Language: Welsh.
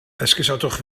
esgusodwch